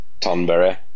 Tonberry